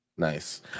nice